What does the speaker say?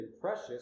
precious